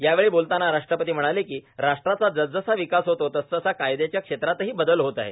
यावेळी बोलताना राष्ट्रपती म्हणाले की राष्ट्राचा जसजसा विकास होते तसा कायद्याच्या क्षेत्रातही बदल होत आहेत